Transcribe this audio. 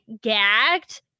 gagged